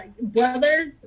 brothers